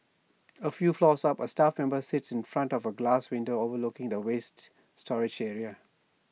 A few floors up A staff member sits in front of A glass window overlooking the waste storage area